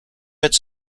its